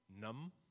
Num